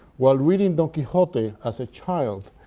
while reading don quixote as a child,